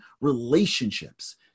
relationships